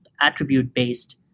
attribute-based